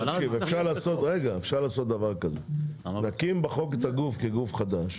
אפשר להקים בהצעת החוק את הגוף כגוף חדש.